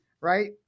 right